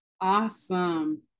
Awesome